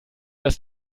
das